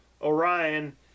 Orion